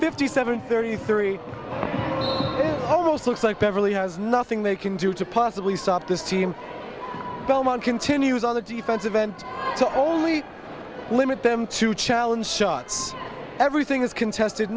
fifty seven thirty three zero six like beverly has nothing they can do to possibly stop this team belmont continues on the defensive end the only limit them to challenge shots everything is contested